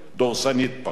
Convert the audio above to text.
דורסנית פחות,